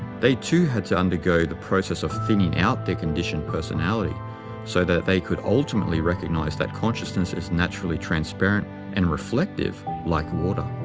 they too had to undergo the process of thinning out their conditioned personality so that they could ultimately recognize that consciousness is naturally transparent and reflective like water.